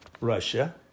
Russia